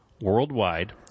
Worldwide